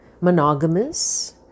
monogamous